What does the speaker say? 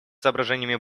соображениями